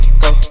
go